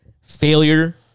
failure